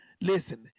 Listen